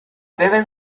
deben